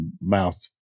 mouth